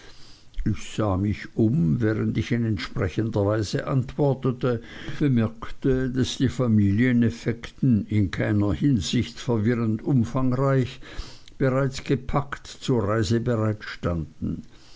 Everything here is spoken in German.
ich sah mich um während ich in entsprechender weise antwortete und bemerkte daß die familieneffekten in keiner hinsicht verwirrend umfangreich bereits gepackt zur reise